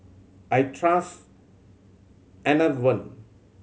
I trust Enervon